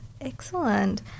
Excellent